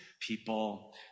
people